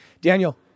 Daniel